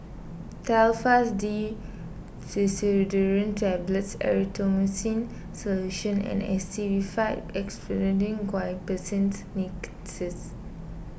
Telfast D Pseudoephrine Tablets Erythroymycin Solution and Actified Expectorant Guaiphenesin Linctus